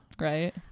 right